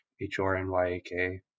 H-R-N-Y-A-K